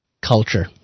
Culture